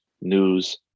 news